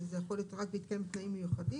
וזה יכול להיות רק בהתקיים תנאים מיוחדים,